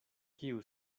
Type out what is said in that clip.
kiu